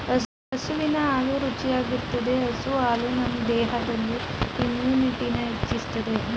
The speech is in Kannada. ಹಸುವಿನ ಹಾಲು ರುಚಿಯಾಗಿರ್ತದೆ ಹಸು ಹಾಲು ನಮ್ ದೇಹದಲ್ಲಿ ಇಮ್ಯುನಿಟಿನ ಹೆಚ್ಚಿಸ್ತದೆ